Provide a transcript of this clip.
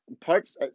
parts